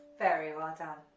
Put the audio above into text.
very well done.